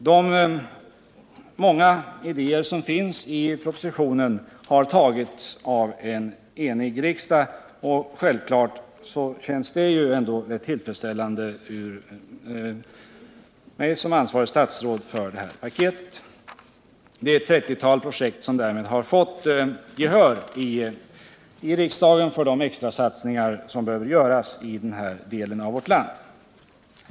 De många idéer som finns i propositionen har tagits upp av ett enigt utskott. Självfallet känns detta ändå rätt tillfredsställande för mig som ansvarigt statsråd. Det är ett 30-tal projekt som därmed fått gehör, och vi kan göra de extra satsningar som behövs i denna del av vårt land.